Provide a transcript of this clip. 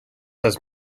has